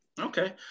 Okay